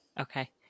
Okay